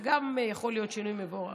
זה גם יכול להיות שינוי מבורך.